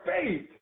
faith